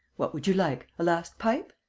what would you like? a last pipe?